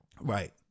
Right